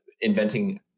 inventing